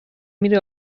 میری